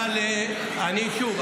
אבל שוב,